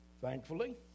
Thankfully